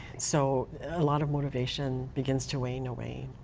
so a lot of motivation begins to wane away.